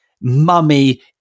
mummy